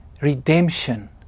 redemption